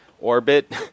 orbit